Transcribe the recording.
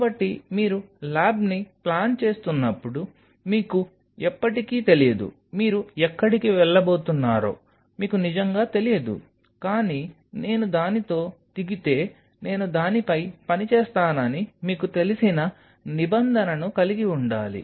కాబట్టి మీరు ల్యాబ్ని ప్లాన్ చేస్తున్నప్పుడు మీకు ఎప్పటికీ తెలియదు మీరు ఎక్కడికి వెళ్లబోతున్నారో మీకు నిజంగా తెలియదు కానీ నేను దానితో దిగితే నేను దానిపై పని చేస్తానని మీకు తెలిసిన నిబంధనను కలిగి ఉండాలి